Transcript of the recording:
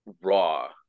Raw